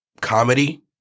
comedy